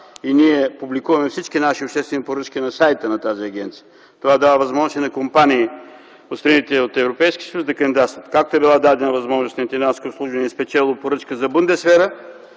и ние публикуваме всички наши обществени поръчки на сайта на тази агенция. Това дава възможност и на компании от страните на Европейския съюз да кандидатстват. Както е било дадена възможност на „Интендантско обслужване” и е спечелило поръчка за Бундесвера,